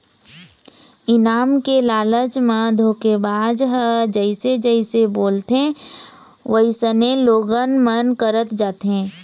इनाम के लालच म धोखेबाज ह जइसे जइसे बोलथे वइसने लोगन मन करत जाथे